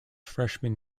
freshman